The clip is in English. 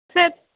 sir